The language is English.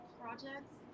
projects